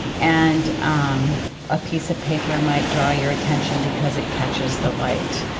and um a piece of paper might draw your attention because it catches the light.